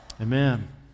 Amen